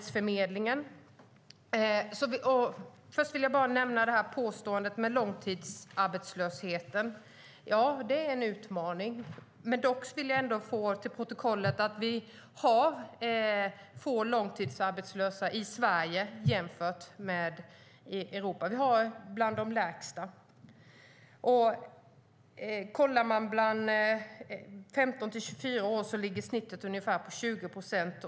Sedan vill jag bara kommentera påståendet om långtidsarbetslösheten. Ja, den är en utmaning. Men jag vill att det i protokollet antecknas att det är få långtidsarbetslösa i Sverige jämfört med övriga Europa. Vi har bland den lägsta långtidsarbetslösheten. I åldrarna 15-24 år ligger genomsnittet på ca 20 procent.